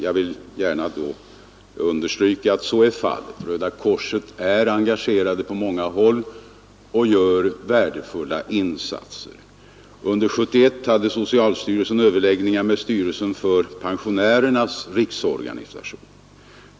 Jag vill med anledning härav understryka att så också har skett. Röda korset är engagerat på många håll och gör värdefulla insatser. Under 1971 hade socialstyrelsen överläggningar med styrelsen för Pensionärernas riksorganisation.